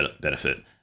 benefit